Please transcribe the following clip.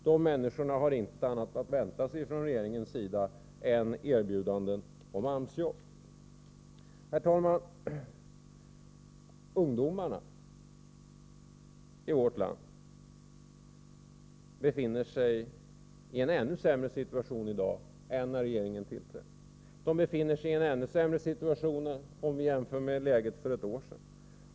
De människorna har inte annat att vänta sig från regeringens sida än erbjudanden om AMS-jobb. Herr talman! Ungdomarna i vårt land befinner sig i en ännu sämre situation i dag än när regeringen tillträdde, och de befinner sig i en ännu sämre situation än för ett år sedan.